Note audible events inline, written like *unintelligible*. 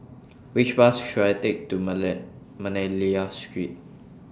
Which Bus should I Take to *unintelligible* Manila Street